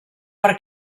per